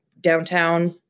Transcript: downtown